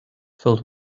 filled